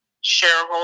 shareholder